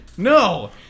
No